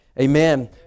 amen